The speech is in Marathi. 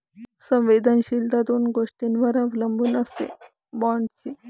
संवेदनशीलता दोन गोष्टींवर अवलंबून असते, बॉण्डची मॅच्युरिटी होण्याची वेळ आणि बाँडचा कूपन दर